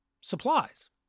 supplies